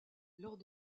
lors